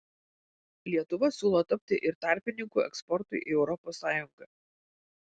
lietuva siūlo tapti ir tarpininku eksportui į europos sąjungą